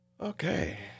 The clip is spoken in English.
okay